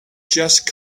just